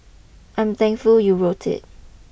I'm thankful you wrote it